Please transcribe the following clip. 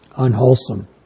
unwholesome